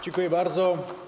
Dziękuję bardzo.